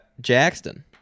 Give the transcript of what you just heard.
Jackson